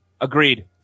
Agreed